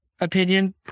opinion